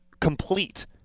complete